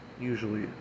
usually